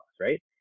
right